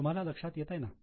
तुम्हाला लक्षात येताय ना